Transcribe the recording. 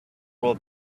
will